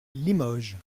limoges